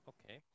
Okay